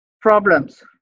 problems